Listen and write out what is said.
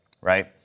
right